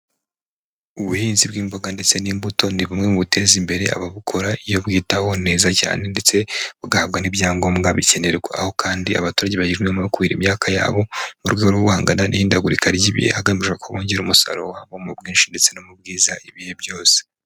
Ubuhinzi bw’imboga ndetse n’imbuto ni bumwe mu guteza imbere ababukora iyo bwitaho neza cyane, ndetse bugahabwa n'ibyangombwa bikenerwa. Aho kandi abaturage bagirwa inama yo kuhira imyaka yabo mu rwego rwo guhangana n'ihindagurika ry'ibihe hagamijwe kongera umusaruro wabo mu bwinshi ndetse no mu bwiza ibihe byose.